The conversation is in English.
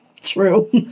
True